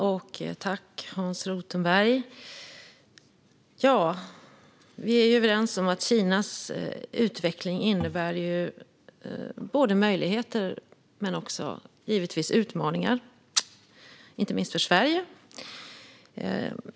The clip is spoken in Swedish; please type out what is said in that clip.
Fru talman! Vi är överens om att Kinas utveckling innebär både möjligheter och utmaningar, inte minst för Sverige.